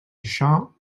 això